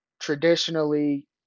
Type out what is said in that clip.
traditionally